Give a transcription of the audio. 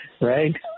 right